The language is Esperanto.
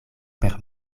per